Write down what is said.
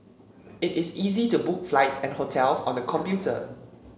it is easy to book flights and hotels on the computer